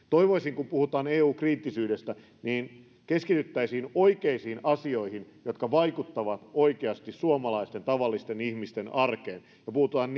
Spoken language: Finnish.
toivoisin että kun puhutaan eu kriittisyydestä niin keskityttäisiin oikeisiin asioihin jotka vaikuttavat oikeasti suomalaisten tavallisten ihmisten arkeen ja puututaan